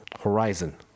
horizon